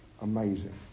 Amazing